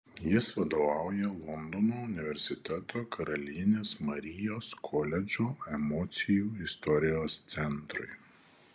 jis vadovauja londono universiteto karalienės marijos koledžo emocijų istorijos centrui